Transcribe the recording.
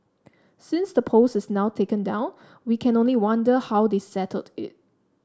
since the post is now taken down we can only wonder how they settled it